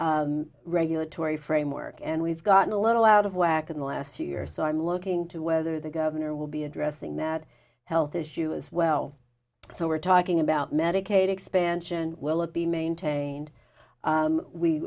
regulatory framework and we've gotten a little out of whack in the last year so i'm looking to whether the governor will be addressing that health issue as well so we're talking about medicaid expansion will it be maintained